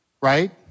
Right